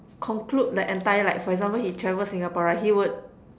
conclude the entire like for example he travel Singapore right he would